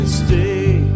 stay